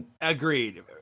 Agreed